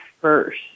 first